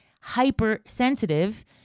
hypersensitive